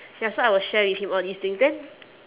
ya so I will share with him all these things then